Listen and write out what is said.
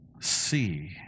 See